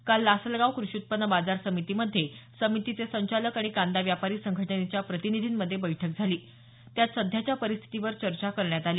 काल लासलगाव कृषी उत्पन्न बाजार समितीमध्ये समितीचे संचालक आणि कांदा व्यापारी संघटनेच्या प्रतिनिधींमध्ये बैठक झाली त्यात सध्याच्या परिस्थितीवर चर्चा करण्यात आली